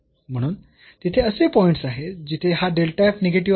म्हणून तिथे असे पॉईंट्स आहेत जिथे हा निगेटिव्ह आहे